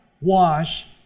wash